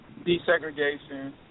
desegregation